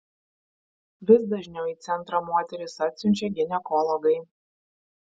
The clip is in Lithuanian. vis dažniau į centrą moteris atsiunčia ginekologai